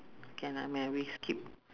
K nevermind we skip